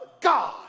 God